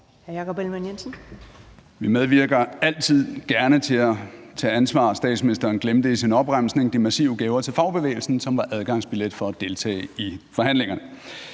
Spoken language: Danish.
Vi medvirker altid gerne til at tage ansvar. Statsministeren glemte i sin opremsning de massive gaver til fagbevægelsen, som var adgangsbillet til at deltage i forhandlingerne.